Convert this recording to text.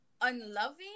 unloving